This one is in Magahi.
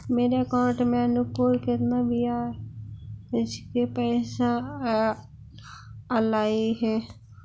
मेरे अकाउंट में अनुकुल केतना बियाज के पैसा अलैयहे?